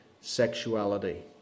sexuality